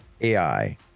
AI